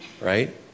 right